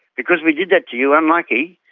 because we did that to you, unlucky,